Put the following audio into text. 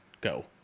go